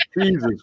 Jesus